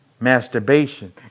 Masturbation